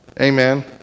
Amen